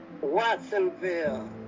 Watsonville